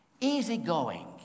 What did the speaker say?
easygoing